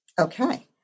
Okay